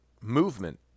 movement